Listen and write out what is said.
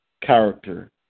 character